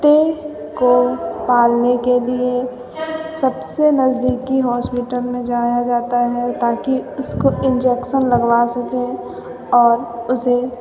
कुत्ते को पालने के लिए सबसे नज़दीकी हॉस्पिटल में जाया जाता है ताकि उसको इंजेक्शन लगवा सकें और उसे